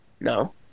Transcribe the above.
No